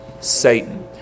Satan